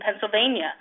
Pennsylvania